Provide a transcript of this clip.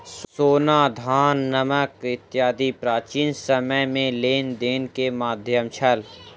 सोना, धान, नमक इत्यादि प्राचीन समय में लेन देन के माध्यम छल